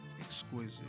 exquisite